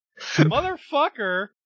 Motherfucker